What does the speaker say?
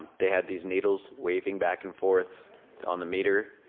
they had these needles waving back and forth on the meter,